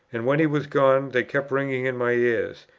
and, when he was gone, they kept ringing in my ears.